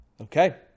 Okay